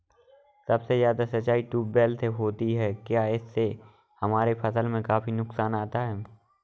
सबसे ज्यादा सिंचाई ट्यूबवेल से होती है क्या इससे हमारे फसल में काफी नुकसान आता है?